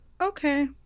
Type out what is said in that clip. Okay